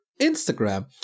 instagram